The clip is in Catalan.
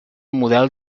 model